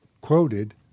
quoted